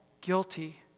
guilty